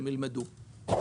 הם ילמדו.